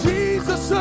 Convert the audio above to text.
Jesus